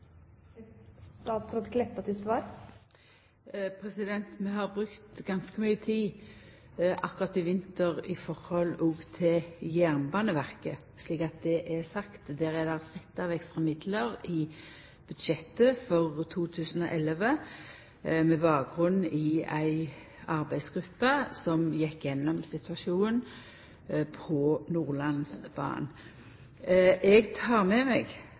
Vi har brukt ganske mykje tid akkurat i vinter òg på jernbanar, slik at det er sagt. Til dette er det sett av ekstra midlar i budsjettet for 2011 med bakgrunn i ei arbeidsgruppe som gjekk igjennom situasjonen på Nordlandsbanen. Eg tek med meg